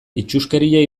itsuskeria